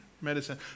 medicine